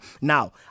Now